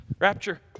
Rapture